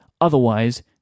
Otherwise